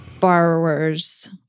borrowers